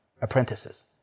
apprentices